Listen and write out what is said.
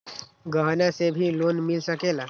गहना से भी लोने मिल सकेला?